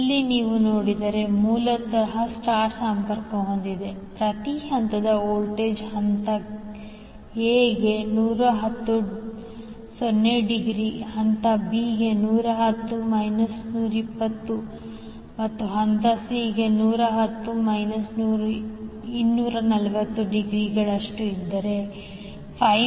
ಇಲ್ಲಿ ನೀವು ನೋಡಿದರೆ ಮೂಲವು ಸ್ಟರ್ ಸಂಪರ್ಕ ಹೊಂದಿದೆ ಪ್ರತಿ ಹಂತದ ವೋಲ್ಟೇಜ್ ಹಂತ A ಗೆ 110∠0 is ಹಂತ B ಗೆ ಇದು 110∠ 120 is ಮತ್ತು ಹಂತ C ಗೆ 110∠ 240 °